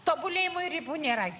tobulėjimui ribų nėra gi